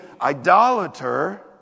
idolater